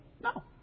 no